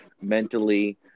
Mentally